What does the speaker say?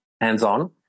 hands-on